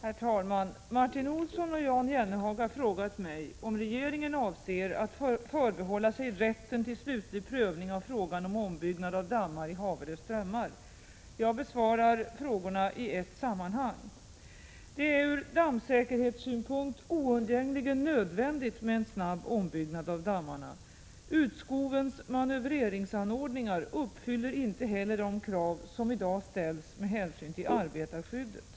Herr talman! Martin Olsson och Jan Jennehag har frågat mig om regeringen avser att förbehålla sig rätten till slutlig prövning av frågan om ombyggnad av dammar i Haverö strömmar. Jag besvarar frågorna i ett sammanhang. Det är ur dammsäkerhetssynpunkt oundgängligen nödvändigt med en snabb ombyggnad av dammarna. Utskovens manövreringsanordningar uppfyller inte heller de krav som i dag ställs med hänsyn till arbetarskyddet.